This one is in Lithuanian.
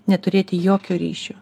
neturėti jokio ryšio